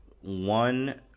one